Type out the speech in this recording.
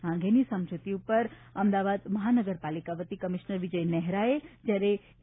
આ અંગેની સમજૂતી ઉપર અમદાવાદ મહાનગરપાલિકા વતી કમિશનર વિજય નેહરાએ જ્યારે ઈ